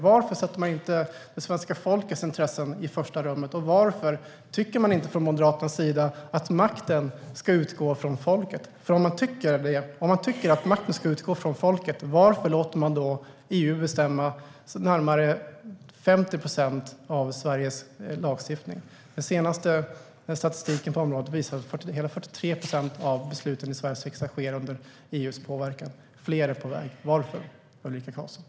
Varför sätter man inte det svenska folkets intressen i första rummet, och varför tycker man inte från Moderaternas sida att makten ska utgå från folket? Om man tycker att makten ska utgå från folket, varför låter man då EU bestämma om närmare 50 procent av Sveriges lagstiftning? Den senaste statistiken på området visar att hela 43 procent av besluten i Sveriges riksdag sker under EU:s påverkan. Fler är på väg - varför, Ulrika Karlsson?